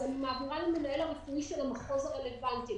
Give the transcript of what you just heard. אז אני מעבירה למנהל הרפואי של המחוז הרלוונטי.